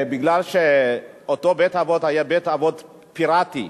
מכיוון שאותו בית-אבות היה בית-אבות פיראטי,